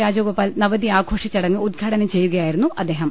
രാജഗോപാൽ നവതി ആഘോഷച്ചടങ്ങ് ഉദ്ഘാടനം ചെയ്യുകയായിരുന്നു അദ്ദേഹം